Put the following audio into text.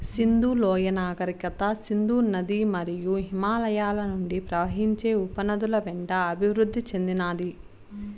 సింధు లోయ నాగరికత సింధు నది మరియు హిమాలయాల నుండి ప్రవహించే ఉపనదుల వెంట అభివృద్ది చెందినాది